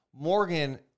Morgan